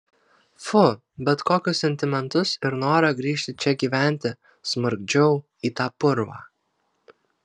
fu bet kokius sentimentus ir norą grįžti čia gyventi sumurgdžiau į tą purvą